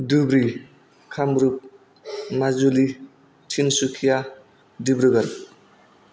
Dhubri Kamrup Majuli Tinsukia Dibrugarh